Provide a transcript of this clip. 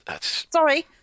Sorry